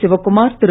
Sivakumar Thiru